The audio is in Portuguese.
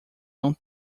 não